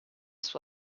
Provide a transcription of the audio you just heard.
suo